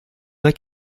like